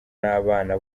n’abana